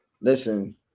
Listen